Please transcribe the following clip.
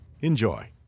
Enjoy